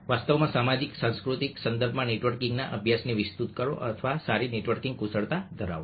વાસ્તવમાં સામાજિક સાંસ્કૃતિક સંદર્ભમાં નેટવર્કિંગના અભ્યાસને વિસ્તૃત કરો અથવા સારી નેટવર્કિંગ કુશળતા ધરાવો